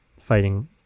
fighting